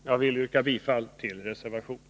Jag vill yrka bifall till reservationen.